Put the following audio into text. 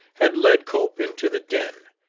had led cope into the den,